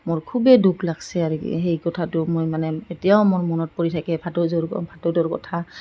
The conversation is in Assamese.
মোৰ খুবেই দুখ লাগিছে আৰু সেই কথাটো মই মানে এতিয়াও মোৰ মনত পৰি থাকে ভাটৌযোৰ ভাটৌটোৰ কথা